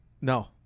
No